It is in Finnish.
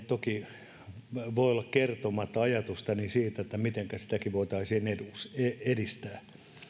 toki voi olla kertomatta ajatustani siitä mitenkä sitäkin voitaisiin edistää